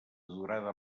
durada